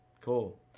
cool